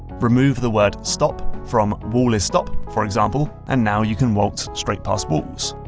remove the word stop from wall is stop, for example, and now you can waltz straight past walls.